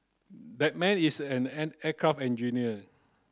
that man is and an aircraft engineer